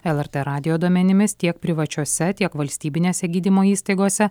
lrt radijo duomenimis tiek privačiose tiek valstybinėse gydymo įstaigose